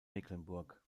mecklenburg